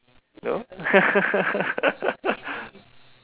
you know